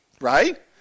Right